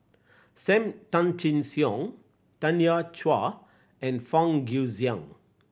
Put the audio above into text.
Sam Tan Chin Siong Tanya Chua and Fang Guixiang